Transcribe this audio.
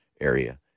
area